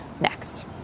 next